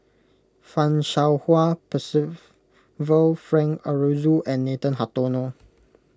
Fan Shao Hua Percival Frank Aroozoo and Nathan Hartono